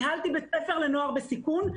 ניהלתי בית ספר לנוער בסיכון,